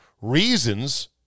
Reasons